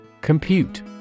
Compute